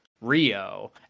rio